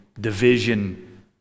division